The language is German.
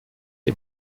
ihm